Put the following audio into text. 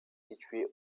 située